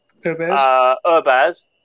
Urbaz